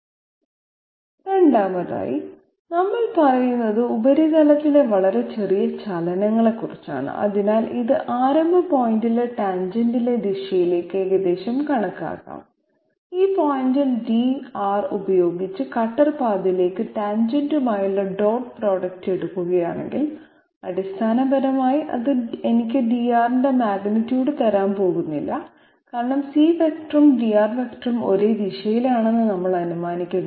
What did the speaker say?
രണ്ടാമതായി നമ്മൾ പറയുന്നത് ഉപരിതലത്തിലെ വളരെ ചെറിയ ചലനങ്ങളെക്കുറിച്ചാണ് അതിനാൽ ഇത് ആരംഭ പോയിന്റിലെ ടാൻജെന്റിന്റെ ദിശയിലേക്ക് ഏകദേശം കണക്കാക്കാം ഈ പോയിന്റിൽ dR ഉപയോഗിച്ച് കട്ടർ പാതയിലേക്ക് ടാൻജെന്റുമായുള്ള ഡോട്ട് പ്രോഡക്റ്റ് എടുക്കുകയാണെങ്കിൽ അടിസ്ഥാനപരമായി അത് എനിക്ക് dR ന്റെ മാഗ്നിറ്റ്യൂഡ് തരാൻ പോകുന്നില്ല കാരണം c വെക്ടറും dR വെക്ടറും ഒരേ ദിശയിലാണെന്ന് നമ്മൾ അനുമാനിക്കുന്നു